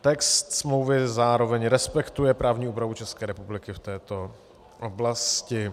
Text smlouvy zároveň respektuje právní úpravu České republiky v této oblasti.